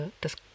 das